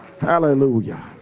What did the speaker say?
Hallelujah